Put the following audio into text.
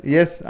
Yes